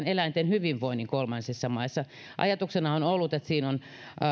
eläinten hyvinvoinnin kolmansissa maissa ajatuksena on ollut että siinä ovat se